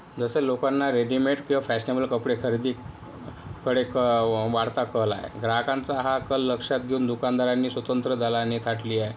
जसे लोकांना रेडिमेट किंवा फॅशनेबल कपडे खरेदीकडे क वाढता कल आहे ग्राहकांचा हा कल लक्षात घेऊन दुकानदारांनी स्वतंत्र दालने थाटली आहेत